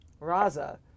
Raza